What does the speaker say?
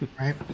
right